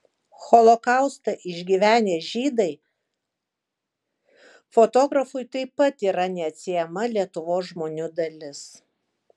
holokaustą išgyvenę žydai fotografui taip pat yra neatsiejama lietuvos žmonių dalis